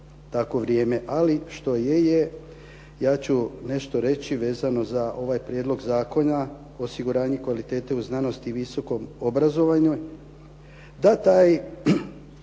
Ali što je, je. Ja ću nešto reći vezano za ovaj prijedlog zakona o osiguranju kvaliteti znanosti i visokom obrazovanju da taj